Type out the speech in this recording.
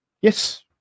Yes